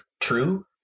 true